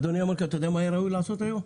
אדוני המנכ"ל, אתה יודע מה היה ראוי לעשות היום?